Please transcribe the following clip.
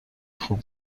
خوب